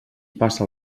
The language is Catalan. passa